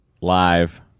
live